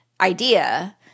idea